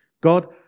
God